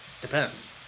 depends